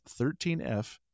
13F